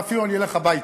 ואפילו אני אלך הביתה,